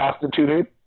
constituted